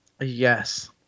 Yes